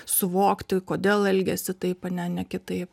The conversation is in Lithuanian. suvokti kodėl elgiasi taip ane ne kitaip